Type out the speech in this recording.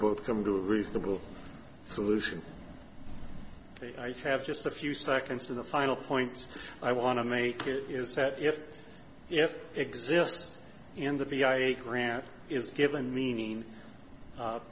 both come to a reasonable solution i have just a few seconds to the final point i want to make it is that if if exist in the v i i a grant is given meaning